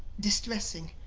distressing.